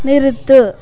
நிறுத்து